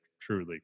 truly